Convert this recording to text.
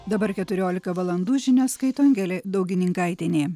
dabar keturiolika valandų žinias skaito angelė daugininkaitienė